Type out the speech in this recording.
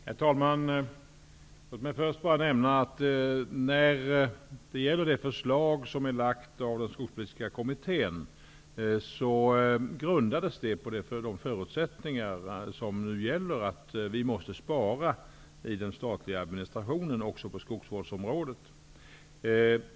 Herr talman! Låt mig först nämna att det förslag som har lagts fram av Skogspolitiska kommittén grundades på de förutsättningar som nu gäller om att vi måste spara i den statliga administrationen också på skogsvårdsområdet.